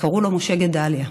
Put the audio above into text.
וקראו לו משה גדליה.